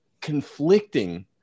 conflicting